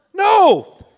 No